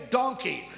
donkey